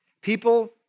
People